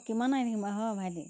মই কিমান আহি থাকিম আৰু ভাইটি